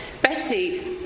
Betty